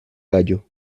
gallo